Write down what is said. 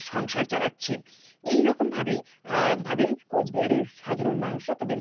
সংসার চালাচ্ছে এই রকমভাবেই ভাবেই কোচবিহারের সাধারণ মানুষরা তাদের